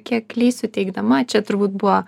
kiek klysiu teigdama čia turbūt buvo